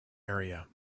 area